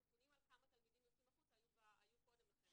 נתונים על כמה תלמידים יוצאים החוצה היו קודם לכן,